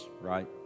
right